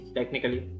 Technically